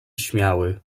śmiały